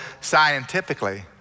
scientifically